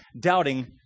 doubting